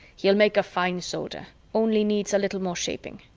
he'll make a fine soldier only needs a little more shaping.